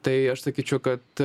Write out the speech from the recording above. tai aš sakyčiau kad